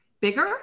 Bigger